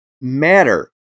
matter